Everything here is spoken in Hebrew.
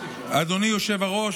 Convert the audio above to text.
אדוני היושב-ראש,